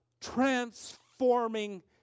transforming